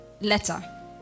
letter